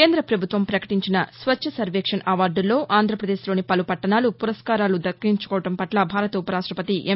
కేంద్ర ప్రభుత్వం ప్రకటించిన స్వచ్చసర్వేక్షణ్ అవార్డల్లో ఆంధ్రాపదేశ్లోని పలు పట్టణాలు పురస్మారాలు దక్కించుకోవడం పట్ల భారత ఉపరాష్టపతి ఎం